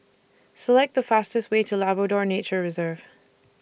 Select The fastest Way to Labrador Nature Reserve